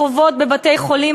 חובות בבתי-חולים,